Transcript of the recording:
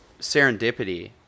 Serendipity